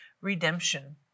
redemption